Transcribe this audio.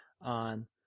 on